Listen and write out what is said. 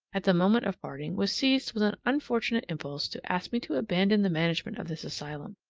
at the moment of parting, was seized with an unfortunate impulse to ask me to abandon the management of this asylum,